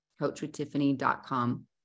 Coachwithtiffany.com